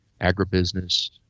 agribusiness